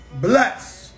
bless